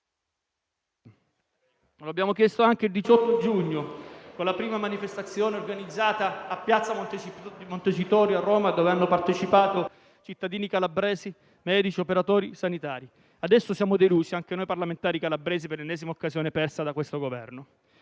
Lo abbiamo chiesto anche il 18 giugno di quell'anno, con la prima manifestazione organizzata a piazza Montecitorio a Roma, alla quale hanno partecipato cittadini calabresi, medici e operatori sanitari. Adesso siamo delusi anche noi parlamentari calabresi per l'ennesima occasione persa da questo Governo.